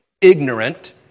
ignorant